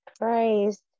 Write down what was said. Christ